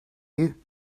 you